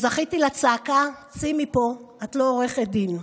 זכיתי לצעקה: צאי מפה, את לא עורכת דין.